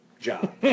job